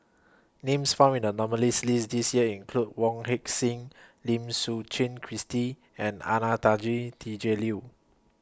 Names found in The nominees' list This Year include Wong Heck Sing Lim Suchen Christine and Anastasia Tjendri Liew